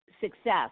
success